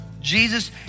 Jesus